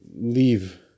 leave